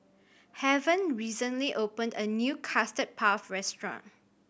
Heaven recently opened a new Custard Puff restaurant